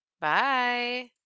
Bye